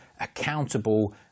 accountable